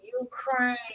Ukraine